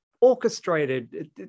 orchestrated